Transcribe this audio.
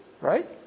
right